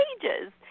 pages